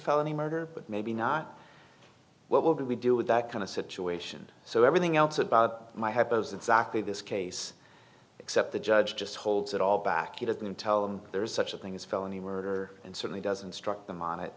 felony murder but maybe not what would we do with that kind of situation so everything else about my head goes exactly this case except the judge just holds it all back you didn't tell him there is such a thing as felony murder and certainly doesn't struck them on it